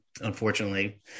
unfortunately